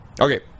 Okay